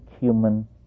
human